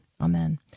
Amen